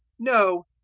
no,